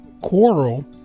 quarrel